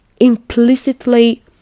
implicitly